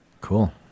Cool